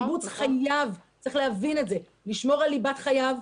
צריך להבין שהקיבוץ חייב לשמור על ליבת חייו,